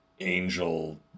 angel